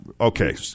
Okay